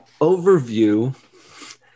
overview